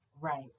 right